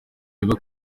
tureba